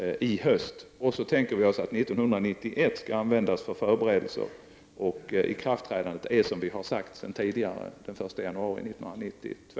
Sedan tänker vi oss att år 1991 skall användas till förberedelser, och ikraftträdandet sker som sagt den 1 januari 1992.